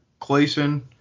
Clayson